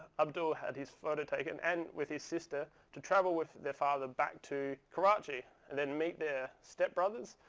abdul had his photo taken and with his sister to travel with their father back to karachi and then meet their step brothers.